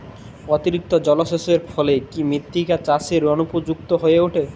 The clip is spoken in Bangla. অতিরিক্ত জলসেচের ফলে কি মৃত্তিকা চাষের অনুপযুক্ত হয়ে ওঠে?